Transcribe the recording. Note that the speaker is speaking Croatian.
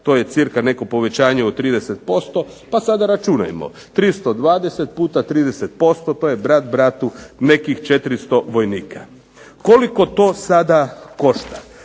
to je cirka neko povećanje od 30%, pa sada računajmo, 320 puta 30% to je brat bratu, nekih 400 vojnika. Koliko to sada košta.